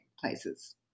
places